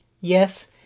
Yes